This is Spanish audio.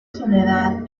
soledad